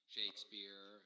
Shakespeare